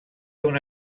una